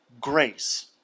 grace